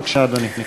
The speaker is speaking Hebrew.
בבקשה, אדוני.